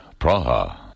Praha